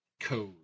code